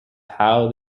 how